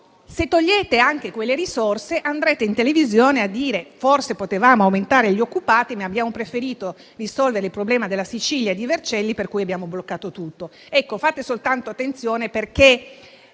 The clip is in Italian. se togliete anche quelle risorse, andrete nei programmi televisivi a dire che forse potevate aumentare gli occupati, ma avete preferito risolvere il problema della Sicilia e di Vercelli, per cui avete bloccato tutto. Fate soltanto attenzione, perché